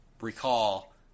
recall